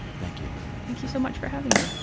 thank you thank you so much for having me